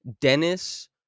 Dennis